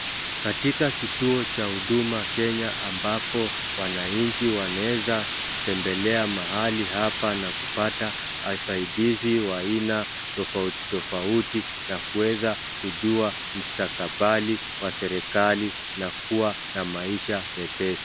Katika kituo cha huduma Kenya ambapo wananchi wanaweza kutembelea mahali hapa na kupata usaidizi wa aina tofauti tofauti na kuweza kujua mstakabali wa serikali na kuwa na maisha wepesi.